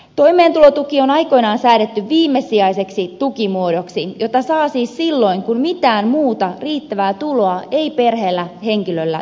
toimeentulotuki on aikoinaan säädetty viimesijaiseksi tukimuodoksi jota saa siis silloin kun mitään muuta riittävää tuloa ei perheellä tai henkilöllä ole